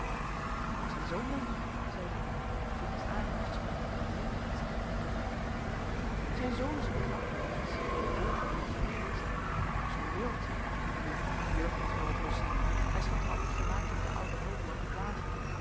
maar zijn zoon dan zeide ik zoetjes aan het gesprek op henriëtte wenschende te brengen zijn zoon is een knap jong mensch vol vernuft en geest maar zoo wild nu de jeugd mag wel wat los zijn hij schept er altijd vermaak in den ouden helding wat te plagen